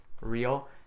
real